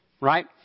Right